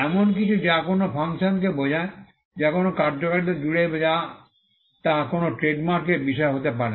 এমন কিছু যা কোনও ফাংশনকে বোঝায় বা কোনও কার্যকারিতা জুড়ে তা কোনও ট্রেডমার্কের বিষয় হতে পারে না